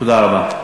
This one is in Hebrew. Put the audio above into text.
תודה רבה.